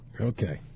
Okay